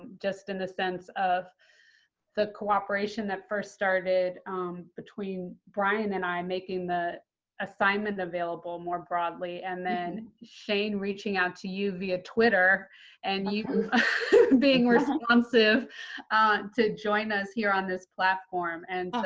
just in the sense of the cooperation that first started between brian and i making the assignment available more broadly, and then shane reaching out to you via twitter and you being responsive to join us here on this platform. and but